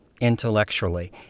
intellectually